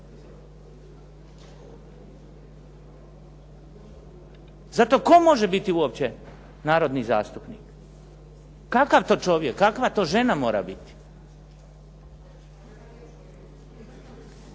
Zato tko može biti uopće narodni zastupnik? Kakav to čovjek, kakva to žena mora biti?